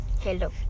Hello